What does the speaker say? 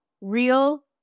real